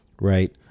Right